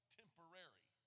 temporary